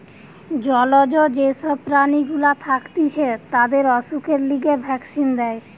জলজ যে সব প্রাণী গুলা থাকতিছে তাদের অসুখের লিগে ভ্যাক্সিন দেয়